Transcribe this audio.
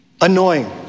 annoying